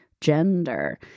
gender